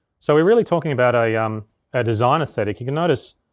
so we're really talking about a um ah design aesthetic. you can notice,